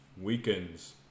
weekends